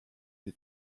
les